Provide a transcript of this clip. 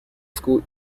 school